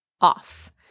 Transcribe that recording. off